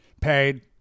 Paid